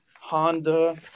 Honda